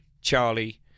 Charlie